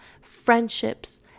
friendships